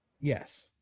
yes